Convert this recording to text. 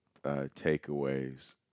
takeaways